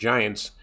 Giants